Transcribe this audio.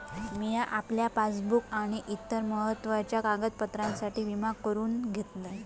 मिया आपल्या पासबुक आणि इतर महत्त्वाच्या कागदपत्रांसाठी विमा करून घेतलंय